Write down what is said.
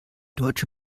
deutsche